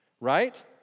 right